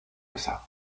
esa